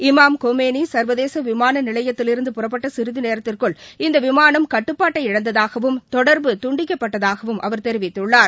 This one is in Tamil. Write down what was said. இமாம் கொமேனி சங்வதேச விமான நிலையத்திலிருந்து புறப்பட்ட சிறிது நேரத்திற்குள் இந்த விமானம் கட்டுப்பாட்டை இழந்ததாகவும் தொடர்பு துண்டிக்கப்பட்டதாகவும் அவர் தெரிவித்துள்ளார்